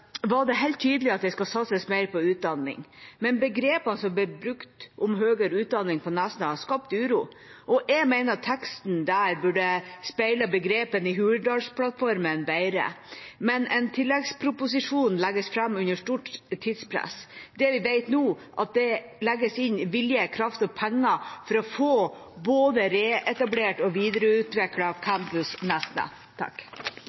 brukt om høyere utdanning på Nesna, har skapt uro. Jeg mener at teksten der burde speilet begrepene i Hurdalsplattformen bedre. Men en tilleggsproposisjon legges fram under stort tidspress. Det vi vet nå, er at det legges inn vilje, kraft og penger for å få både reetablert og